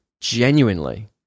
genuinely